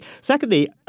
Secondly